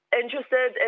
interested